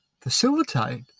facilitate